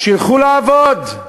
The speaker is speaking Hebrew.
שילכו לעבוד,